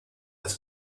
das